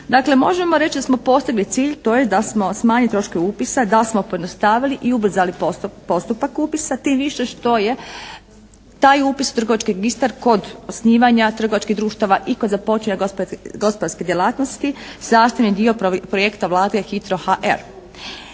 Dakle možemo reći da smo postigli cilj, to je da smo smanjili troškove upisa, da smo pojednostavili i ubrzali postupak upisa tim više što je taj upis u trgovački registar kod osnivanja trgovačkih društava i kod započinjanja gospodarske djelatnosti sastavni dio projekta Vlade HITRO.HR.